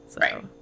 right